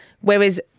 Whereas